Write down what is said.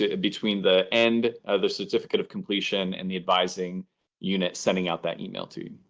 ah between the end of the certificate of completion and the advising unit sending out that email to